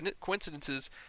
coincidences